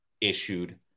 issued